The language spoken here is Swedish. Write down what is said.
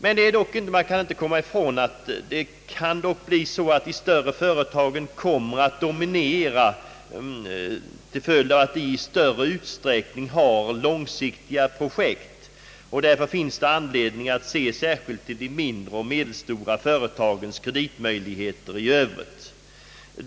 Man kan dock inte komma ifrån att de större företagen kan komma att dominera till följd av att de i stor utsträckning har långsiktiga projekt. Därför finns det anledning att se särskilt till de mindre och medelstora företagens kreditmöjligheter i övrigt.